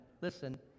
Listen